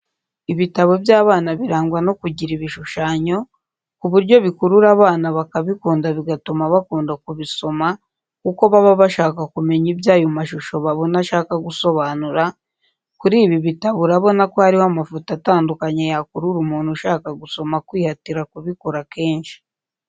Ibitabo by'abana birangwa no kugira ibishushanyo, ku buryo bikurura abana bakabikunda bigatuma bakunda kubisoma kuko baba bashaka kumenya ibyo ayo mashusho babona ashaka gusobanura, kuri ibi bitabo urabona ko hariho amafoto atandukanye yakurura umuntu ushaka gusoma kwihatira kubikora kenshi.